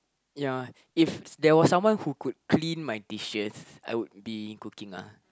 ya if there was someone who could clean my dishes I would be cooking lah